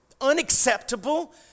unacceptable